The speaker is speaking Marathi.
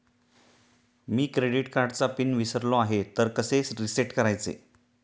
मी क्रेडिट कार्डचा पिन विसरलो आहे तर कसे रीसेट करायचे?